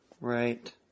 Right